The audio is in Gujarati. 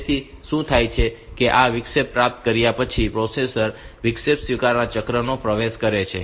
તેથી શું થાય છે કે આ વિક્ષેપ પ્રાપ્ત કર્યા પછી પ્રોસેસર વિક્ષેપ સ્વીકાર ચક્રમાં પ્રવેશ કરે છે